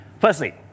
Firstly